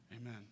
Amen